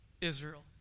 Israel